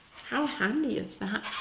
how handy is that!